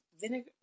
vinegar